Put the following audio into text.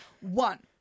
One